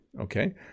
okay